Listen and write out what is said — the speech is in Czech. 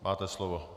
Máte slovo.